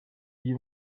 gihe